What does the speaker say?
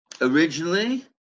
Originally